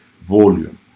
volume